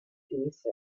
these